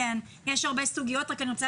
אני רוצה